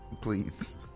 please